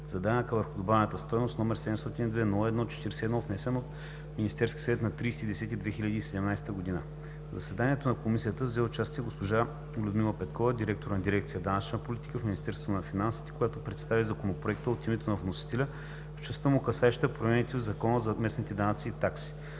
за данъка върху добавената стойност, № 702-01-41, внесен от Министерския съвет на 30 октомври 2017 г. В заседанието на комисията взе участие госпожа Людмила Петкова – директор на Дирекция „Данъчна политика“ в Министерството на финансите, която представи Законопроекта от името на вносителя в частта му, касаеща промените в Закона за местните данъци и такси